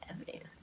evidence